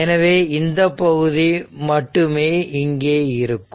எனவே இந்த பகுதி மட்டுமே இங்கே இருக்கும்